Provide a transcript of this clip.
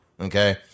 Okay